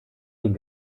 den